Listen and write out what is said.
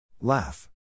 Laugh